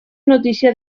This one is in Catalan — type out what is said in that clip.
notícia